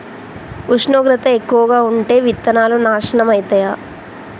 ఉష్ణోగ్రత ఎక్కువగా ఉంటే విత్తనాలు నాశనం ఐతయా?